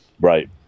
Right